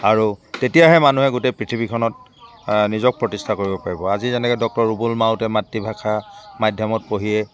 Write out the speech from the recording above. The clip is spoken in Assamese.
আৰু তেতিয়াহে মানুহে গোটেই পৃথিৱীখনত নিজক প্ৰতিষ্ঠা কৰিব পাৰিব আজি যেনেকৈ ডক্টৰ ৰুবুল মাউতে মাতৃভাষা মাধ্যমত পঢ়িয়েই